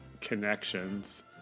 connections